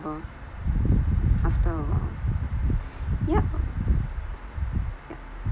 after a while yeah yeah